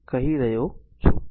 21 કહી રહ્યો છું